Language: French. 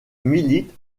milite